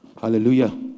Hallelujah